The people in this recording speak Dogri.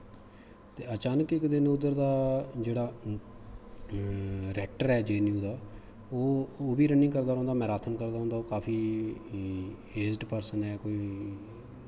ते अचानक उद्धर दा जेह्ड़ा ड्रैक्टर ऐ जे ऐन्न जू दा ओह् बी रनिंग करदा रौंह्दा मैराथन करदा रौंह्दा काफी एज़ड परसन ऐ काफी